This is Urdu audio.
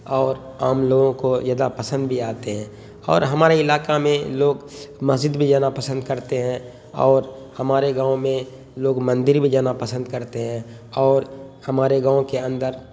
اور آم لوگوں کو یدا پسند بھی آتے ہیں اور ہمارے علاقہ میں لوگ مسجد بھی جانا پسند کرتے ہیں اور ہمارے گاؤں میں لوگ مندر بھی جانا پسند کرتے ہیں اور ہمارے گاؤں کے اندر